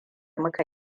muka